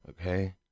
okay